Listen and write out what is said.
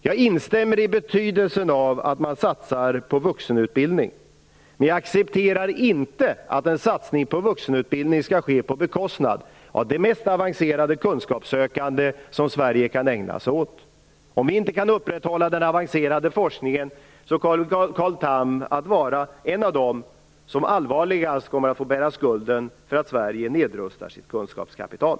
Jag instämmer i betydelsen av att man satsar på vuxenutbildning, men jag accepterar inte att en satsning på vuxenutbildning skall ske på bekostnad av det mest avancerade kunskapssökande som Sverige kan ägna sig åt. Om vi inte kan upprätthålla den avancerade forskningen kommer Carl Tham att vara en av dem som kommer att få bära den tyngsta skuldbördan för att Sverige nedrustar sitt kunskapskapital.